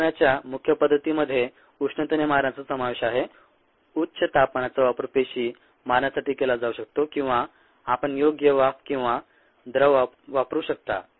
ठार मारण्याच्या मुख्य पद्धतींमध्ये उष्णतेने मारण्याचा समावेश आहे उच्च तापमानाचा वापर पेशी मारण्यासाठी केला जाऊ शकतो किंवा आपण योग्य वाफ किंवा द्रव वापरू शकता